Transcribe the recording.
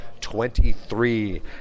23